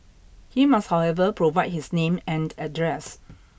he must however provide his name and address